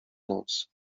noc